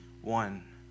one